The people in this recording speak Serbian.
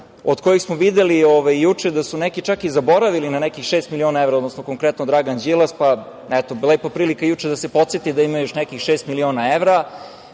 od kojih smo videli juče da su neki čak i zaboravili na nekih šest miliona evra, odnosno konkretno Dragan Đilas, pa, eto, lepa prilika juče da se podseti da ima još nekih šest miliona evra,